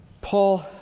Paul